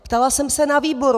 Ptala jsem se na výboru.